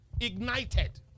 ignited